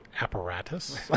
Apparatus